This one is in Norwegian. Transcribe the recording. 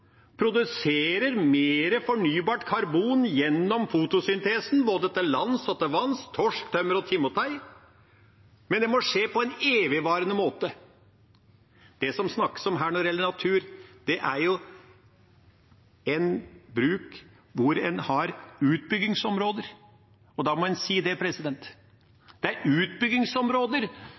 produserer mer fornybart karbon gjennom fotosyntesen både til lands og til vanns – torsk, tømmer og timotei. Men det må skje på en evigvarende måte. Det som det snakkes om her når det gjelder natur, er jo en bruk hvor en har utbyggingsområder. Da må en si det. Det er utbyggingsområder